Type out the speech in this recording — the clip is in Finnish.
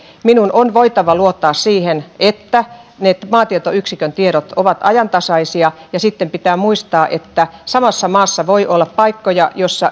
minun on voitava luottaa siihen että ne maatietoyksikön tiedot ovat ajantasaisia ja sitten pitää muistaa että samassa maassa voi olla paikkoja